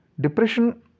Depression